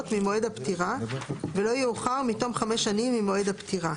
ממועד הפטירה ולא יאוחר מתום חמש שנים ממועד הפטירה,